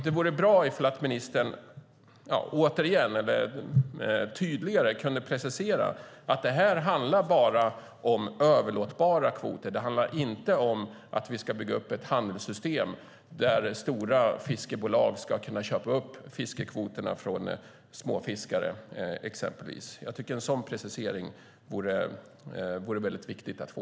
Det vore bra om ministern tydligare kunde precisera att det här bara handlar om överlåtbara kvoter och inte om att vi ska bygga upp ett handelssystem där stora fiskebolag ska kunna köpa upp fiskekvoterna från småfiskare, exempelvis. En sådan precisering känns viktig att få.